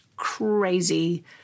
crazy